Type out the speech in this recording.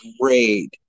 great